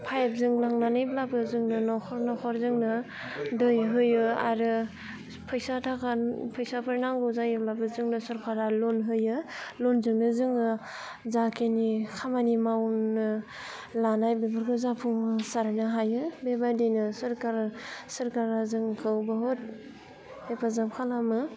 पाइपजों लांनानैब्लाबो जोंनो नखर नखर जोंनो दै होयो आरो फैसा ताखा फैसाफोर नांगौ जायोब्लाबो जोंनो सरकारा लन होयो लनजोंनो जोङो जाखिनि खामानि मावनो लानाय बेफोरखौ जाफुंसारनो हायो बेबायदिनो सरकार सरकारा जोंखौ बुहुत हेफाजाब खालामो